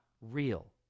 real